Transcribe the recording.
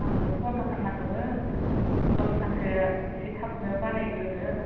आंनो फन्द्र'खान नांगौमोन दसखानखौ इसे थाबनो बानायग्रोदो